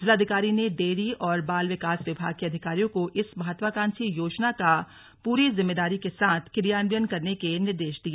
जिलाधिकारी ने डेयरी और बाल विकास विभाग के अधिकारियों को इस महत्वाकांक्षी योजना का पूरी जिम्मेदारी के साथ क्रियान्वयन करने के निर्देश दिए